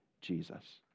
Jesus